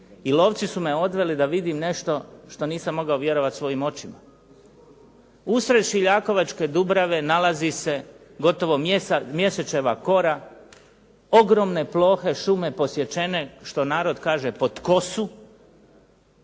i lovci su me odveli da vidim nešto što nisam mogao vjerovati svojim očima. Usred Šiljakovačke Dubrave nalazi se gotovo mjesečeva kora ogromne plohe šume posječene, što narod kaže pod kosu,